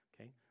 Okay